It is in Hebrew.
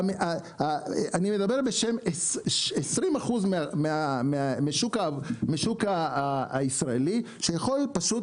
אני מדבר בשם 20% מהשוק הישראלי שיכול פשוט